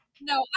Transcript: No